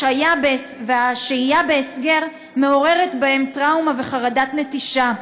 והשהייה בהסגר מעוררת בהם טראומה וחרדת נטישה.